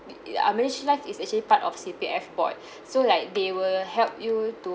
uh MediShield life is actually part of C_P_F board so like they will help you to